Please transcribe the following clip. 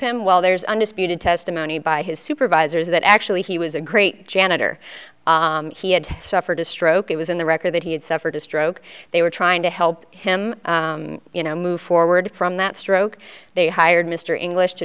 him while there's undisputed testimony by his supervisors that actually he was a great janitor he had suffered a stroke it was in the record that he had suffered a stroke they were trying to help him you know move forward from that stroke they hired mr english to